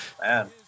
man